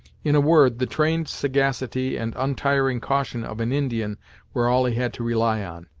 in a word, the trained sagacity, and untiring caution of an indian were all he had to rely on,